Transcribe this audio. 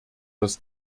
das